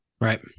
right